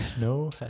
No